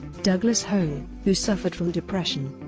douglas-home, who who suffered from depression,